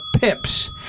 pips